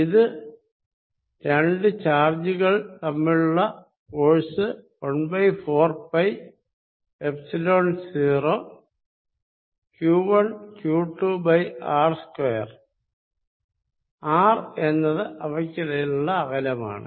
ഒന്ന് രണ്ടു ചാർജുകൾ തമ്മിലുള്ള ഫോഴ്സ് 14പൈ എപ്സിലോൺ 0 q1q2r2 r എന്നത് അവയ്ക്കിടയിലെ അകലമാണ്